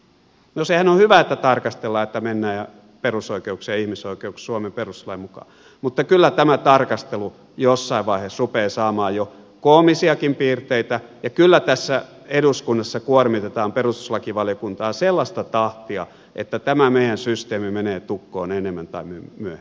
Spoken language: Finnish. no sehän on hyvä että tarkastellaan että mennään perusoikeuksien ja ihmisoikeuksien ja suomen perustuslain mukaan mutta kyllä tämä tarkastelu jossain vaiheessa rupeaa saamaan jo koomisiakin piirteitä ja kyllä tässä eduskunnassa kuormitetaan perustuslakivaliokuntaa sellaista tahtia että tämä meidän systeemimme menee tukkoon ennemmin tai myöhemmin